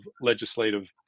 legislative